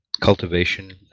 Cultivation